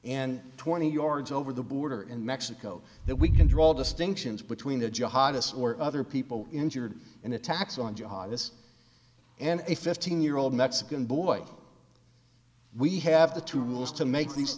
and twenty yards over the border in mexico that we can draw distinctions between the jihad us or other people injured in attacks on jobless and a fifteen year old mexican boy we have the tools to make these